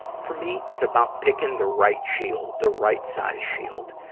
for me, it's about picking the right shield, the right-sized shield.